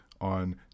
on